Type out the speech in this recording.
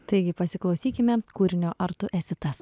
taigi pasiklausykime kūrinio ar tu esi tas